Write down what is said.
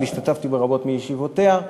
אבל השתתפתי ברבות מישיבותיה,